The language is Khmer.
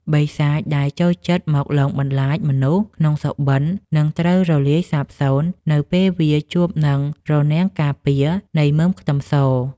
បិសាចដែលចូលចិត្តមកលងបន្លាចមនុស្សក្នុងសុបិននឹងត្រូវរលាយសាបសូន្យនៅពេលវាជួបនឹងរនាំងការពារនៃមើមខ្ទឹមស។